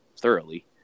thoroughly